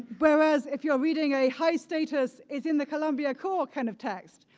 whereas if you're reading a high status as in the columbia core kind of text,